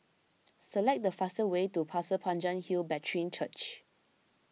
select the fastest way to Pasir Panjang Hill Brethren Church